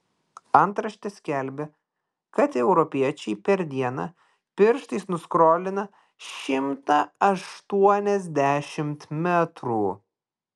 antraštė skelbė kad europiečiai per dieną pirštais nuskrolina šimtą aštuoniasdešimt metrų